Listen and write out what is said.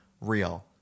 real